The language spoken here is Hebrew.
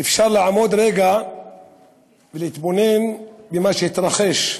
אפשר לעמוד רגע ולהתבונן במה שהתרחש.